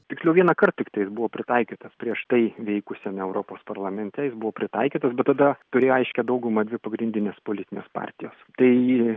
tiksliau vienąkart tiktais buvo pritaikytas prieš tai vykusiame europos parlamente jis buvo pritaikytas bet tada turėjo aiškią daugumą dvi pagrindinės politinės partijos tai